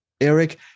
Eric